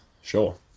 sure